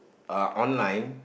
uh online